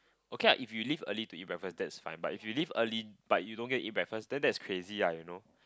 okay lah if you leave early to you eat breakfast then that's fine lah but if you leave early but you don't get eat breakfast then that's crazy lah you know